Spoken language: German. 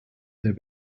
der